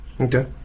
Okay